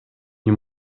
nie